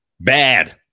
bad